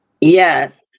Yes